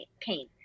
pain